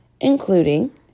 including